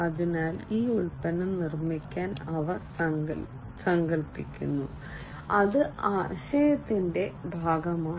അതിനാൽ ഈ ഉൽപ്പന്നം നിർമ്മിക്കാൻ അവർ സങ്കൽപ്പിക്കുന്നു അത് ആശയത്തിന്റെ ഭാഗമാണ്